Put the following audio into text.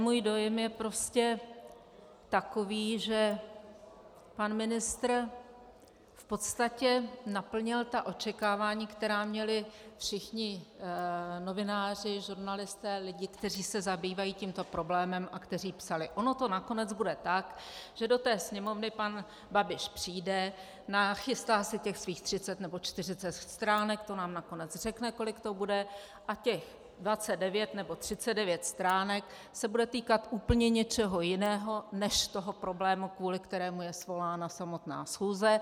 Můj dojem je prostě takový, že pan ministr v podstatě naplnil ta očekávání, která měli všichni novináři, žurnalisté, lidé, kteří se zabývají tímto problémem a kteří psali: Ono to nakonec bude tak, že do té Sněmovny pan Babiš přijde, nachystá si těch svých 30 nebo 40 stránek, to nám nakonec řekne, kolik to bude, a těch 29 nebo 39 stránek se bude týkat úplně něčeho jiného než toho problému, kvůli kterému je svolána samotná schůze.